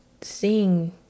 seeing